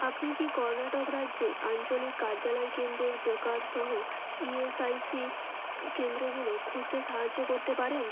আপনি কি কর্ণাটক রাজ্যে আঞ্চলিক কার্যালয় কেন্দ্রের প্রকারসহ ই এস আই সি কেন্দ্রগুলো খুঁজতে সাহায্য করতে পারেন